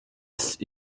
ist